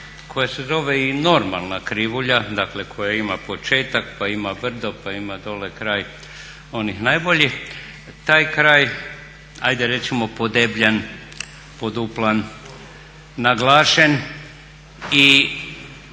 koja se zove i normalna krivulja, dakle koja ima početak, pa ima brdo, pa ima dole kraj onih najboljih taj kraj hajde recimo podebljan, poduplan, naglašen i